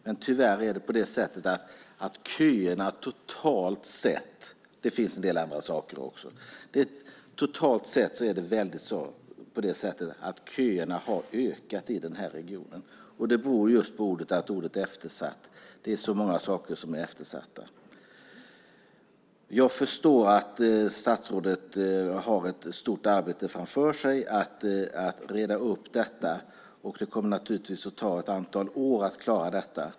Men tyvärr har köerna totalt sett ökat i den här regionen, och det beror just på att det är så många saker som är eftersatta. Jag förstår att statsrådet har ett stort arbete framför sig med att reda upp detta. Det kommer naturligtvis att ta ett antal år att klara det.